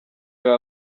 baba